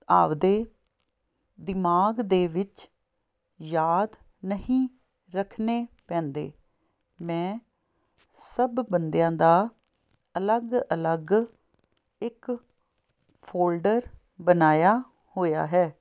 ਆਪਦੇ ਦਿਮਾਗ ਦੇ ਵਿੱਚ ਯਾਦ ਨਹੀਂ ਰੱਖਣੇ ਪੈਂਦੇ ਮੈਂ ਸਭ ਬੰਦਿਆਂ ਦਾ ਅਲੱਗ ਅਲੱਗ ਇੱਕ ਫੋਲਡਰ ਬਣਾਇਆ ਹੋਇਆ ਹੈ